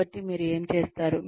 కాబట్టి మీరు ఏమి చేస్తారు